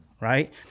right